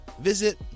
visit